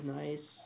nice